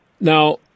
now